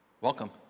welcome